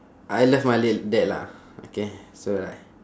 I love my late dad lah okay so like